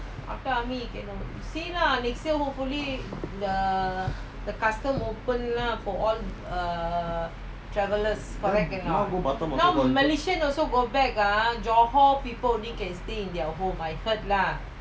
then you all go batam also